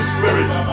Spirit